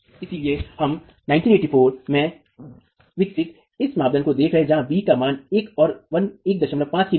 इसलिए हम 1984 में विकसित इस मानदंड को देख रहे हैं जहाँ b का मान 1 और 15 के बीच है